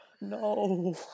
No